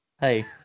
Hey